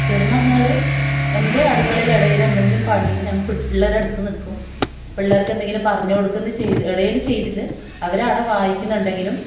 ചേരും എന്ന് പറഞ്ഞാൽ എൻ്റെ അടുക്കളയിൽ ഇടയിൽ എന്തെങ്കിലും പണിയിൽ ഞാൻ പെ പിള്ളേരുടെ അടുത്ത് നിൽക്കും പിള്ളേർക്കെന്തെങ്കിലും പറഞ്ഞുകൊടുക്കുന്ന ചെയ്യ് ഇടയിൽ ചെയ്തിട്ട് അവർ ആട വായിക്കുന്നുണ്ടെങ്കിലും